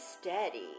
steady